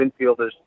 infielders